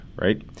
right